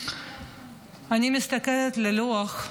אני מסתכלת על הלוח,